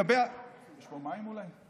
יש פה מים, אולי?